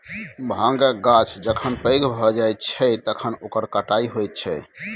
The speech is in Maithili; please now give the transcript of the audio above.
भाँगक गाछ जखन पैघ भए जाइत छै तखन ओकर कटाई होइत छै